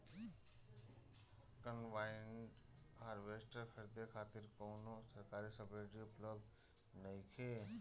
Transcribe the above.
Combine harvester खरीदे खातिर कउनो सरकारी सब्सीडी उपलब्ध नइखे?